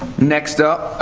next up,